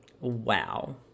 Wow